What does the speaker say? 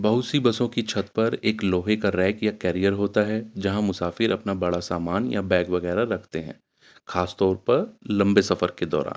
بہت سی بسوں کی چھت پر ایک لوہے کا رییک یا کیریئر ہوتا ہے جہاں مسافر اپنا بڑا سامان یا بیگ وغیرہ رکھتے ہیں خاص طور پر لمبے سفر کے دوران